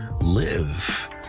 live